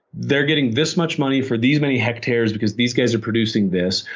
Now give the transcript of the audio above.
they're getting this much money for these many hectares because these guys are producing this.